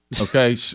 Okay